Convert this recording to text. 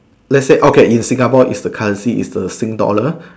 let's say okay in Singapore if the currency is the sing dollar